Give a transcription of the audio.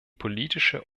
politische